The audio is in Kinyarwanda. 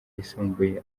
yisumbuye